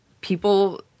people